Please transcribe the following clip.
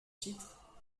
titre